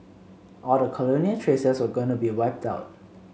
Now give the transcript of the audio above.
all the colonial traces were going to be wiped out